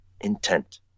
intent